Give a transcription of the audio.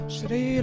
Shri